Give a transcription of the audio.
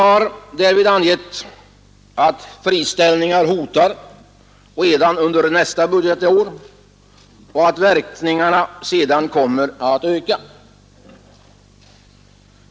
Man har angett att friställningar hotar redan under nästa budgetår och att verkningarna sedan kommer att öka.